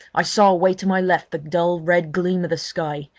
i saw away to my left the dull red gleam of the sky,